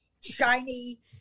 shiny